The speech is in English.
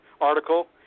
article